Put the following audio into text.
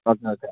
okay okay